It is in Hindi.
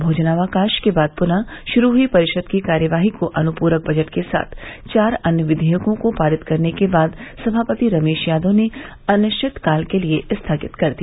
भोजनावकाश के बाद पुनः शुरू हुई परिषद की कार्यवाही को अनुप्रक बजट के साथ चार अन्य विधेयकों को पारित करने के बाद सभापाति रमेश यादव ने अनिश्चितकाल के लिए स्थगित कर दिया